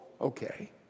okay